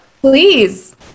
Please